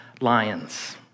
lions